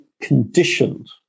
conditioned